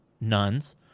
nuns